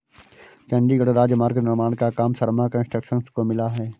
चंडीगढ़ राजमार्ग निर्माण का काम शर्मा कंस्ट्रक्शंस को मिला है